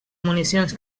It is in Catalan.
municions